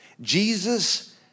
Jesus